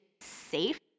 safe